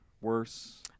worse